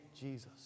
Jesus